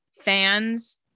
fans